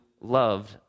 loved